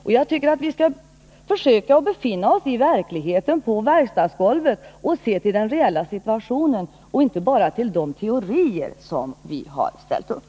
Och jag tycker att vi skall försöka sätta oss in i verkligheten på verkstadsgolvet och se till den reella situationen — inte bara till de teorier som vi har ställt upp.